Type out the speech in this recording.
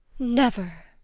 never.